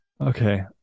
Okay